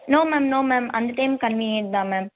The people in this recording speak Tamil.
நோ மேம் நோ மேம் அந்த டைம் கன்வீனியன்ட் தான் மேம்